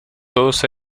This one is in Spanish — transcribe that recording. todos